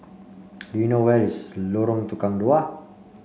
do you know where is Lorong Tukang Dua